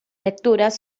lecturas